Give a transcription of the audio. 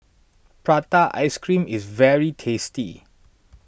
Prata Ice Cream is very tasty